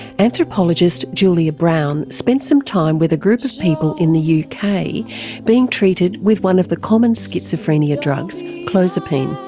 anthropologist julia brown spent some time with a group of people in the yeah uk being treated with one of the common schizophrenia drugs, clozapine.